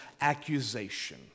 accusation